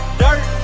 dirt